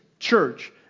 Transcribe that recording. Church